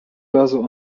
razu